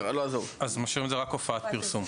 משאירים את זה רק הופעת פרסום.